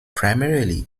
primarily